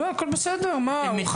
הכל בסדר, הוא חבר ועדה.